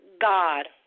God